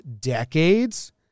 decades